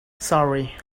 sorry